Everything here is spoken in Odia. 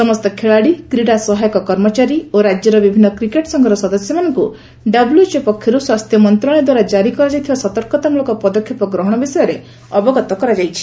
ସମସ୍ତ ଖେଳାଳି କ୍ରୀଡ଼ା ସହାୟକ କର୍ମଚାରୀ ଓ ରାଜ୍ୟର ବିଭିନ୍ନ କ୍ରିକେଟ୍ ସଂଘର ସଦସ୍ୟମାନଙ୍କୁ ଡବ୍ଲ୍ୟଏଚ୍ଓ ପକ୍ଷରୁ ସ୍ୱାସ୍ଥ୍ୟ ମନ୍ତ୍ରଣାଳୟ ଦ୍ୱାରା କାରି କରାଯାଇଥିବା ସତର୍କତାମୃଳକ ପଦକ୍ଷେପ ଗ୍ରହଣ ବିଷୟରେ ଅବଗତ କରାଯାଇଛି